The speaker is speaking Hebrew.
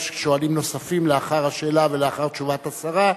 יש שואלים נוספים לאחר השאלה ולאחר תשובת השרה,